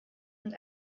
und